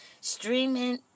streaming